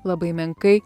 labai menkai